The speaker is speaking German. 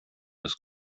des